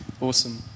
Awesome